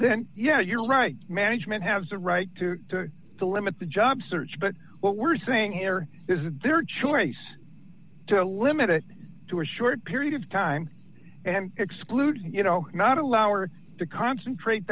then yeah you're right management have the right to limit the job search but what we're saying is this is their choice to limit it to a short period of time and exclude you know not allow or to concentrate